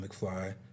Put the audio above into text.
McFly